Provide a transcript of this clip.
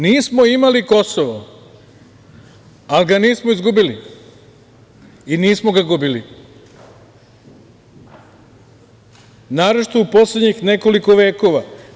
Nismo imali Kosovo, ali ga nismo izgubili i nismo ga gubili, naročito u poslednjih nekoliko vekova.